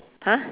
!huh!